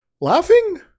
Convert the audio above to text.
Laughing